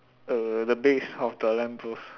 err the base of the lamp post